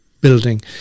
building